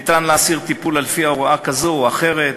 האם ניתן לאסיר טיפול לפי הוראה כזאת או אחרת.